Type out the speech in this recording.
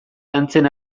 lantzen